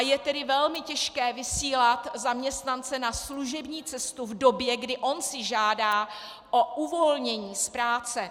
Je tedy velmi těžké vysílat zaměstnance na služební cestu v době, kdy on si žádá o uvolnění z práce.